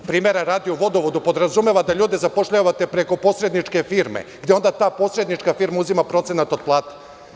Primera radi u vodovodu podrazumeva da ljude zapošljavate preko posredničke firme, gde onda ta posrednička firma uzima procenat od plate.